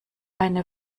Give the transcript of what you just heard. eine